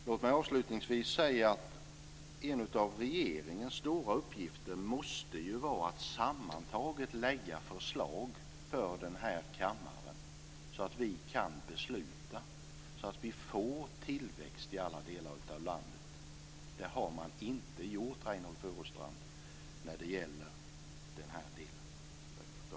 Låt mig avslutningsvis säga att en av regeringens stora uppgifter måste vara att sammantaget lägga fram förslag för den här kammaren så att vi kan fatta beslut och så att vi får tillväxt i alla delar av landet. Det har man inte gjort, Reynoldh Furustrand, när det gäller denna del.